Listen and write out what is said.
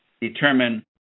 determine